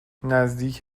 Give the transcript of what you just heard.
نزدیک